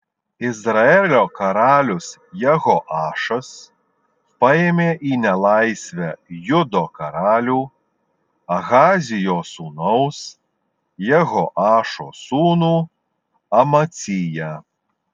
izraelio karalius jehoašas paėmė į nelaisvę judo karalių ahazijo sūnaus jehoašo sūnų amaciją